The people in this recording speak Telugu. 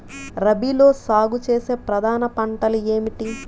రబీలో సాగు చేసే ప్రధాన పంటలు ఏమిటి?